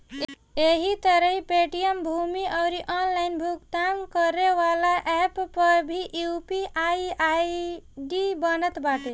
एही तरही पेटीएम, भीम अउरी ऑनलाइन भुगतान करेवाला एप्प पअ भी यू.पी.आई आई.डी बनत बाटे